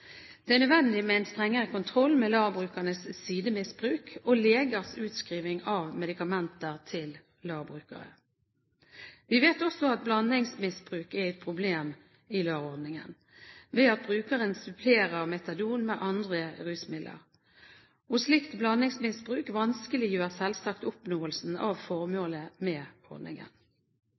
Det er nødvendig med en strengere kontroll med LAR-brukernes sidemisbruk og legers utskriving av medikamenter til LAR-brukere. Vi vet også at blandingsmisbruk er et problem i LAR-ordningen ved at brukeren supplerer metadon med andre rusmidler. Slikt blandingsmisbruk vanskeliggjør selvsagt oppnåelsen av formålet med ordningen.